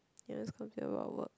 ya let's continue with our work